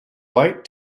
white